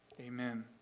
Amen